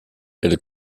elles